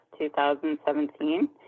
2017